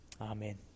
Amen